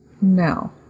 No